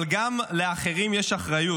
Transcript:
אבל גם לאחרים יש אחריות,